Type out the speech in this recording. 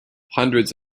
hundreds